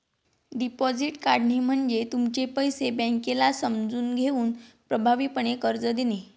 deposit काढणे म्हणजे तुमचे पैसे बँकेला समजून घेऊन प्रभावीपणे कर्ज देणे